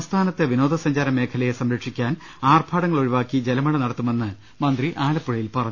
സംസ്ഥാനത്തെ വിനോദ സഞ്ചാരമേഖലയെ സംരക്ഷിക്കാൻ ആർഭാടങ്ങൾ ഒഴിവാക്കി ജലമേള നടത്തുമെന്ന് മന്ത്രി ആലപ്പുഴയിൽ പറഞ്ഞു